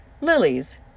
Lilies